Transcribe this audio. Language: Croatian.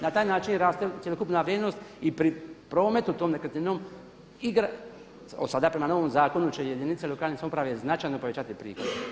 Na taj način raste cjelokupna vrijednost i pri prometu tom nekretninom od sada prema novom zakonu će jedinice lokalne samouprave značajno povećati prihode.